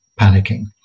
panicking